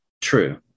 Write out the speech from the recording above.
True